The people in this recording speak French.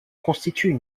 constituent